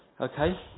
okay